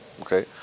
Okay